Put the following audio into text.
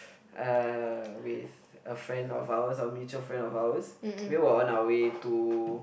uh with a friend of ours a mutual friend of ours we were on our way to